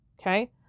Okay